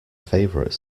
favourite